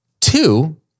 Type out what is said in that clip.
Two